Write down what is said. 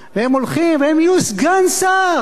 והם הולכים, והם יהיו סגן שר.